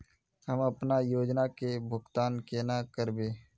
हम अपना योजना के भुगतान केना करबे?